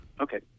Okay